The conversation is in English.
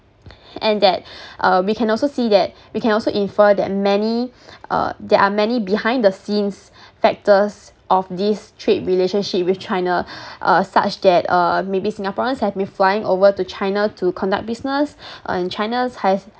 and that uh we can also see that we can also infer that many uh there are many behind the scenes factors of this trade relationship with china uh such that uh maybe singaporeans have been flying over to china to conduct business and china has